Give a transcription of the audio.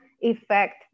effect